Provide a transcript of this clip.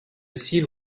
seal